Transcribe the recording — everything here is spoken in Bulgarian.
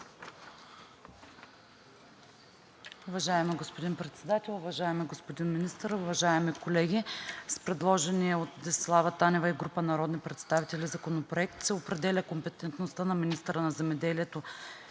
Уважаеми господин Председател, уважаеми господин Министър, уважаеми колеги! С предложения от Десислава Танева и група народни представители законопроект се определя компетентността на министъра на земеделието